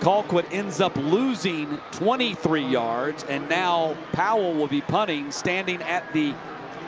colquitt ends up losing twenty three yards and now powell will be punting, standing at the